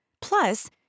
Plus